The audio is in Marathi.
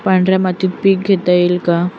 पांढऱ्या मातीत पीक घेता येईल का?